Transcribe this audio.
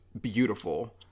beautiful